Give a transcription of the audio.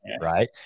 right